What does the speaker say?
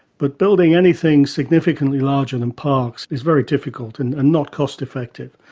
but building anything significantly larger than parkes is very difficult and and not cost-effective.